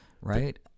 Right